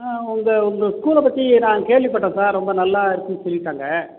உங்கள் உங்கள் ஸ்கூலில் பற்றி நான் கேள்விப்பட்டேன் சார் ரொம்ப நல்லா இருக்குதுன்னு சொல்லிருக்காங்கள்